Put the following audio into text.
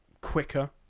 quicker